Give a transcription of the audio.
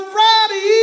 Friday